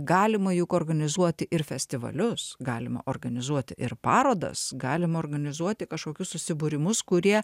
galima juk organizuoti ir festivalius galima organizuoti ir parodas galima organizuoti kažkokius susibūrimus kurie